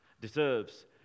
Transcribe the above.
deserves